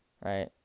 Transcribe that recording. right